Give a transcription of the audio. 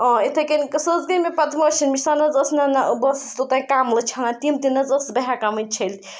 اِتھَے کٔنۍ سُہ حظ گٔیٚے مےٚ پَتہٕ واشنٛگ مِشیٖن سۄ نہٕ حظ ٲس نہٕ نہ بہٕ ٲسٕس توٚتانۍ کَملہٕ چھَلان تِم تہِ نہٕ حظ ٲسٕس بہٕ ہیٚکان وۄنۍ چھٔلۍ